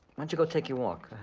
and you go take your walk?